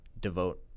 devote